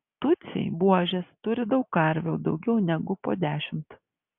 tutsiai buožės turi daug karvių daugiau negu po dešimt